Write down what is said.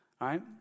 right